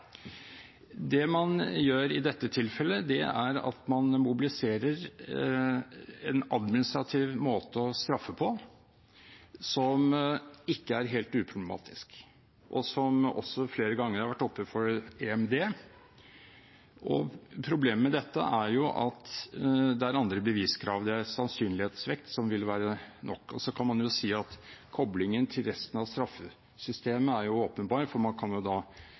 Det man gjør i dette tilfellet, er at man mobiliserer en administrativ måte å straffe på som ikke er helt uproblematisk, og som også flere ganger har vært oppe for EMD. Problemet med dette er at det er andre beviskrav. Sannsynlighetsvekt vil være nok. Så kan man si at koblingen til resten av straffesystemet er åpenbar, for man kan jo da